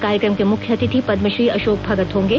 कार्यक्रम के मुख्य अतिथि पदमश्री अशोक भेगत होंगे